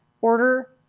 Order